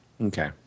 Okay